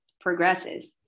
progresses